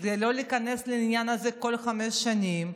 כדי לא להיכנס לעניין הזה כל חמש שנים.